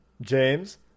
James